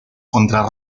contra